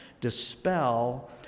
dispel